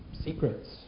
secrets